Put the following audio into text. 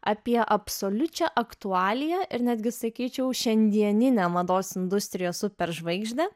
apie absoliučią aktualiją ir netgi sakyčiau šiandieninę mados industrijos superžvaigždę